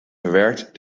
verwerkt